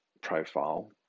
profile